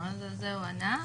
על זה הוא ענה.